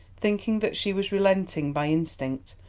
thinking that she was relenting, by instinct,